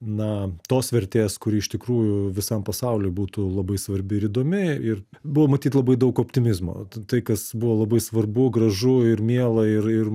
na tos vertės kuri iš tikrųjų visam pasauliui būtų labai svarbi ir įdomi ir buvo matyt labai daug optimizmo tai kas buvo labai svarbu gražu ir miela ir ir